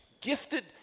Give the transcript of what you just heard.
gifted